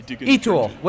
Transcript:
E-Tool